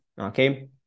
okay